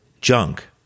junk